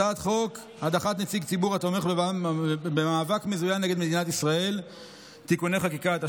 הדחת נציג ציבור התומר במאבק מזוין נגד מדינת ישראל (תיקוני חקיקה),